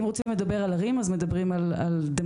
אם רוצים לדבר על ערים אז מדברים על דמוגרפיה,